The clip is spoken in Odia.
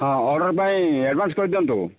ହଁ ଅର୍ଡ଼ର ପାଇଁ ଆଡ଼ଭାନ୍ସ କରିଦିଅନ୍ତୁ